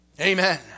Amen